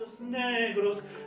negros